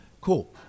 Cool